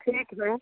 ठीक है